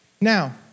Now